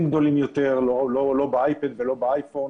גדולים יותר ולא באייפד ולא באייפון,